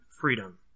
freedom